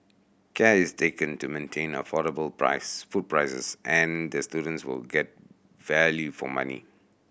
care is taken to maintain affordable prices food prices and the students will get value for money